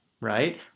right